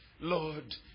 Lord